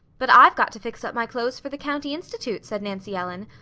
but i've got to fix up my clothes for the county institute, said nancy ellen,